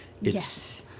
Yes